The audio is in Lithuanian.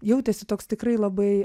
jautėsi toks tikrai labai